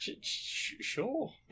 sure